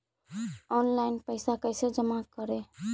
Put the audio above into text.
Online पैसा कैसे जमा करे?